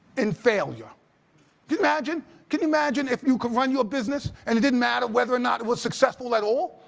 in failure, can you imagine can you imagine if you could run your business and it didn't matter whether or not it was successful at all?